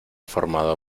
formado